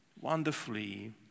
wonderfully